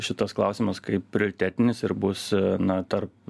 šitas klausimas kaip prioritetinis ir bus na tarp